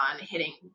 hitting